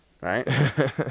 Right